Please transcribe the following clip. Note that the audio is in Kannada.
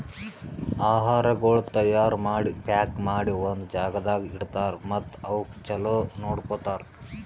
ಆಹಾರಗೊಳ್ ತೈಯಾರ್ ಮಾಡಿ, ಪ್ಯಾಕ್ ಮಾಡಿ ಒಂದ್ ಜಾಗದಾಗ್ ಇಡ್ತಾರ್ ಮತ್ತ ಅವುಕ್ ಚಲೋ ನೋಡ್ಕೋತಾರ್